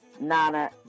Nana